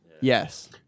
Yes